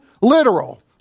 literal